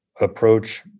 approach